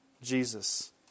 Jesus